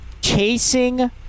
Chasing